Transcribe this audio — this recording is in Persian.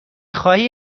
خواهی